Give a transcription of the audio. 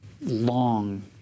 long